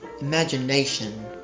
Imagination